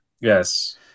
Yes